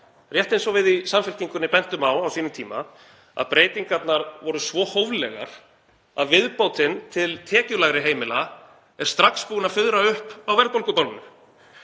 rétt eins og við í Samfylkingunni bentum á á sínum tíma, að breytingarnar voru svo hóflegar að viðbótin til tekjulægri heimila er strax búin að fuðra upp á verðbólgubálinu.